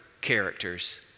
characters